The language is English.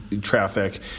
traffic